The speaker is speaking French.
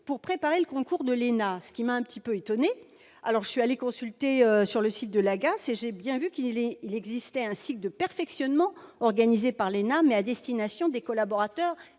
-préparer le « concours de l'ENA ». Cela m'a un peu étonnée, et je suis donc allée consulter le site de l'AGAS. J'ai bien vu qu'il existait un cycle de perfectionnement organisé par l'ENA, mais à destination des collaborateurs